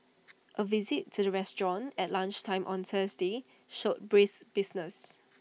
A visit to the restaurant at lunchtime on Thursday showed brisk business